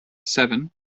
seven